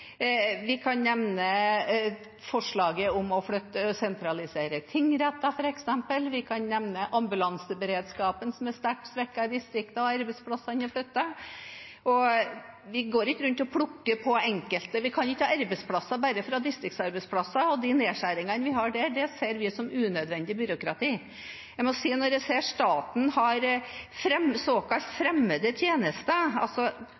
Vi kan nevne forslaget om å sentralisere tingrettene, f.eks., og vi kan nevne ambulanseberedskapen, som er sterkt svekket i distriktene når arbeidsplassene er flyttet. Vi kan ikke ha arbeidsplasser bare for å ha distriktsarbeidsplasser, og de nedskjæringene vi har der, ser vi på som unødvendig byråkrati. Jeg må si at når jeg ser at staten